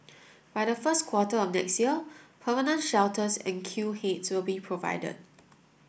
by the first quarter of next year permanent shelters and queue heads will be provided